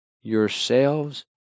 yourselves